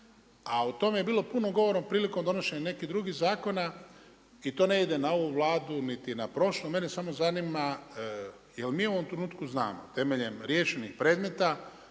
a o tome je bilo puno govora prilikom donošenja nekih drugih zakona i to ne ide na ovu Vladu niti na prošlu. Mene samo zanima jel' mi u ovom trenutku znamo temeljem riješenih predmeta